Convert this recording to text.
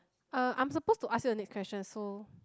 uh I'm supposed to ask you the next question so